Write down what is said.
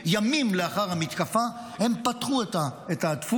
ימים לאחר המתקפה הם פתחו את הדפוס,